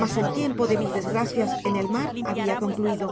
mas el tiempo de mis desgracias en el mar habia concluido